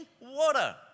water